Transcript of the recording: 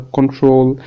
Control